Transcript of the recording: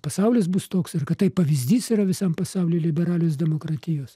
pasaulis bus toks ir kad tai pavyzdys yra visam pasauliui liberalios demokratijos